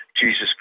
Jesus